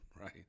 right